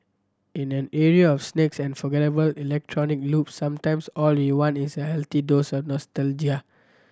in an era of snakes and forgettable electronic loops sometimes all you want is a healthy dose of nostalgia